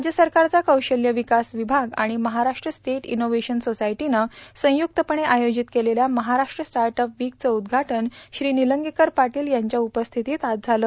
राज्य सरकारचा कौशल्य विकास विभाग आणि महाराष्ट्र स्टेट इनोव्हेशन सोसायदीनं संयुक्तपणे आयोजित केलेल्या महाराष्ट्र स्टार्टअप वीकचे उदुघान श्री पादील निलंगेकर यांच्या उपस्थितीत आज झालं